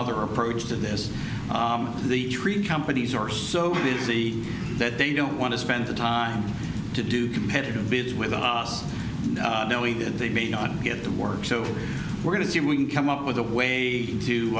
other approach to this the companies are so busy that they don't want to spend the time to do competitive bids with us knowing that they may not get the work so we're going to see if we can come up with a way